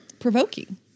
Provoking